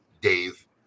Dave